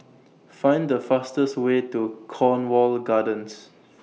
Find The fastest Way to Cornwall Gardens